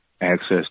access